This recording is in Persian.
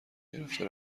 گرفته